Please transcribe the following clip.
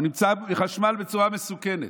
יש לו חשמל בצורה מסוכנת,